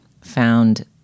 found